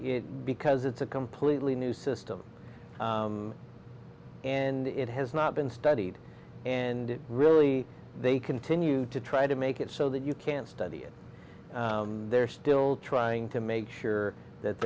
because it's a completely new system and it has not been studied and really they continue to try to make it so that you can study it they're still trying to make sure that